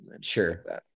Sure